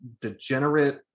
degenerate